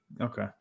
Okay